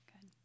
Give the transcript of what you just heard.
Good